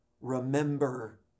remember